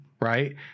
right